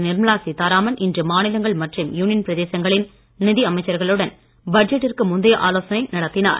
நிர்மலா சீதாராமன் இன்று மாநிலங்கள் மற்றும் யுனியன் பிரதேசங்களின் நிதி அமைச்சர்களுடன் பட்ஜெட்டிற்கு முந்தைய ஆலோசனை நடத்தினார்